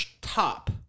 top